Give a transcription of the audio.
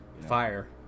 fire